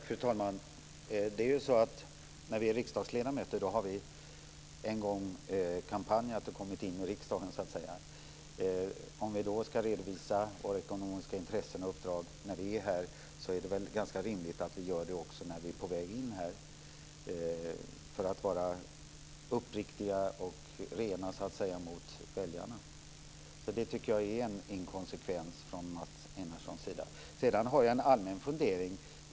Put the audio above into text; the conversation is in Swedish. Fru talman! Det är ju så att när vi är riksdagsledamöter har vi en gång kampanjat och kommit in i riksdagen. Om vi då ska redovisa våra ekonomiska intressen och våra uppdrag när vi är här är det väl ganska rimligt att vi gör det också när vi är på väg in för att vara uppriktiga och rena mot väljarna. Så det tycker jag är en inkonsekvens från Mats Einarssons sida. Sedan har jag en allmän fundering.